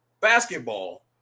basketball